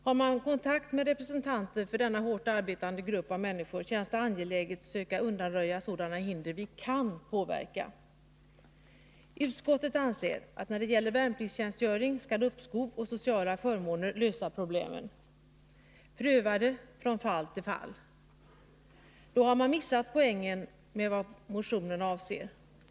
Har man kontakt med representanter för denna hårt arbetande grupp av människor känns det angeläget att söka undanröja sådana hinder vi kan påverka. Utskottet anser, att när det gäller värnpliktstjänstgöring skall uppskov och sociala förmåner lösa problemen, och prövning skall ske från fall till fall. Då har man missat poängen med motionen.